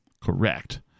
Correct